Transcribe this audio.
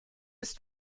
ist